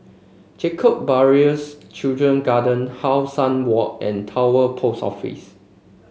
Jacob Ballas Children Garden How Sun Walk and Post Office